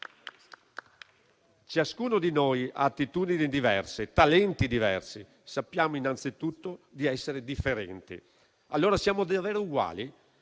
Ciascuno di noi ha attitudini diverse, talenti diversi; sappiamo innanzitutto di essere differenti. Allora la domanda è: siamo davvero uguali?